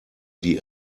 die